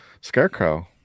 Scarecrow